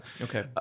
Okay